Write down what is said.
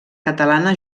catalana